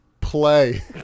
play